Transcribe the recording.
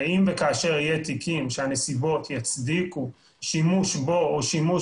ואם וכאשר יהיו תיקים שהנסיבות יצדיקו שימוש בו או שימוש